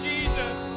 Jesus